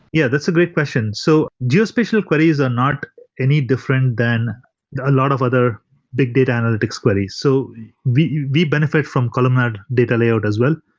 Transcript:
yeah, that's a great question. so geospatial queries are not any different than a lot of other big data analytics query. so we we benefit from columnar data layout as well.